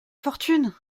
fortune